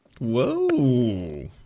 Whoa